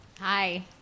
Hi